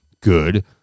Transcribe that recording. Good